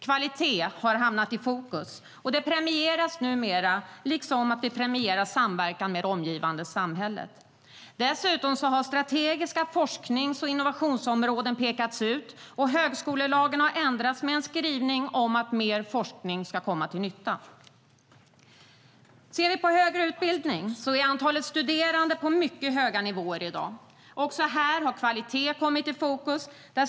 Kvalitet har hamnat i fokus och premieras numera, liksom att vi premierar samverkan med det omgivande samhället. Dessutom har strategiska forsknings och innovationsområden pekats ut, och högskolelagen har ändrats med en skrivning om att mer forskning ska komma till nytta. Om vi ser till högre utbildning är antalet studerande på mycket höga nivåer i dag. Också här har kvalitet kommit i fokus.